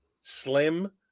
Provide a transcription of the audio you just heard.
slim